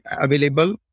available